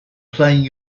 playing